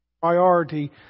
priority